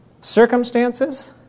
Circumstances